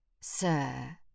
Sir